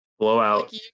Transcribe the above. blowout